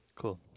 Cool